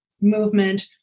movement